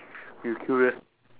you curious